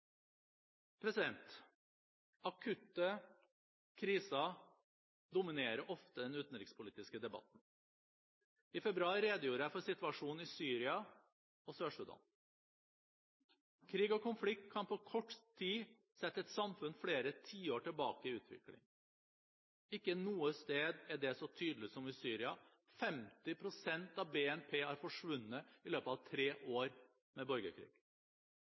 Akutte kriser dominerer ofte den utenrikspolitiske debatten. I februar redegjorde jeg for situasjonen i Syria og Sør-Sudan. Krig og konflikt kan på kort tid sette et samfunn flere tiår tilbake i utvikling. Ikke noe sted er det så tydelig som i Syria. 50 pst. av BNP er forsvunnet i løpet av tre år med borgerkrig.